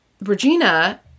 Regina